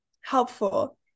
helpful